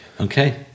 Okay